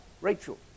Rachel